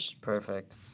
Perfect